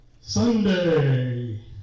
Sunday